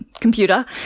computer